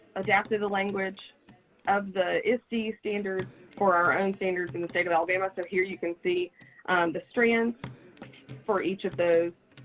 adapted a language of the iste standards for our own standards in the state of alabama. so here you can see the strands for each of those